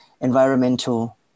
environmental